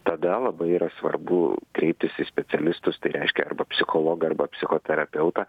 tada labai yra svarbu kreiptis į specialistus tai reiškia arba psichologą arba psichoterapeutą